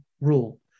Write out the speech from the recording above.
rule